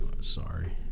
sorry